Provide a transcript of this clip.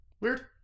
Weird